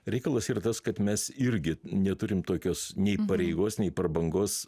reikalas yr tas kad mes irgi neturim tokios neįpareigos nei prabangos